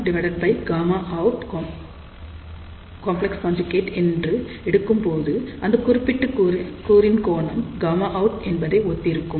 1Γout என்று எடுக்கும்போது இந்த குறிப்பிட்ட கூறின் கோணம் Γout என்பதை ஒத்து இருக்கும்